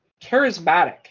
charismatic